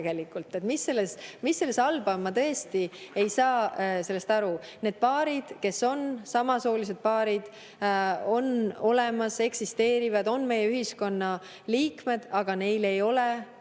Mis selles halba on? Ma tõesti ei saa sellest aru. Need paarid, kes on samasoolised, on olemas, eksisteerivad, on meie ühiskonna liikmed, aga neil ei ole